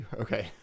Okay